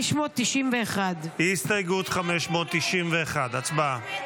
591. הסתייגות 591, הצבעה.